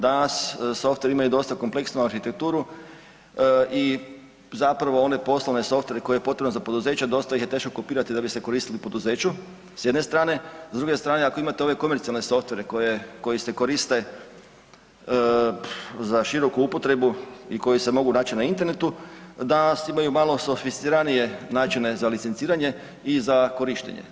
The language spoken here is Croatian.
Danas softveri imaju dosta kompleksnu arhitekturu i zapravo one poslovne softvere koje je potrebno za poduzeća, dosta ih je teško kopirati da bi se koristili u poduzeću s jedne strane, s druge strane ako imate ove komercijalne softvere koji se koriste za široku upotrebu i koji se mogu naći na internetu, danas imaju malo sofisticiranije načine za licenciranje i za korištenje.